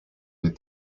mes